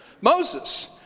Moses